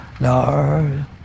Lord